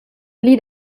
pli